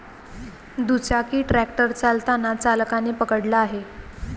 दुचाकी ट्रॅक्टर चालताना चालकाने पकडला आहे